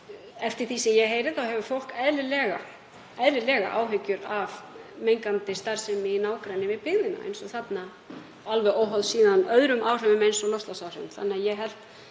Eftir því sem ég heyrði hefur fólk eðlilega áhyggjur af mengandi starfsemi í nágrenni við byggðina eins og þarna er, alveg óháð öðrum áhrifum eins og loftslagsáhrifum.